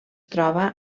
troba